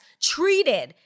treated